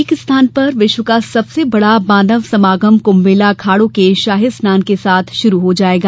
एक स्थान पर विश्व का सबसे बड़ा मानव समागम कृम्भ मेला अखाड़ों के शाही स्नान के साथ कल से शुरु होगा